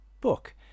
book